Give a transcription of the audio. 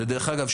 דרך אגב,